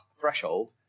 threshold